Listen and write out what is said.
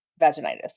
vaginitis